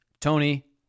Tony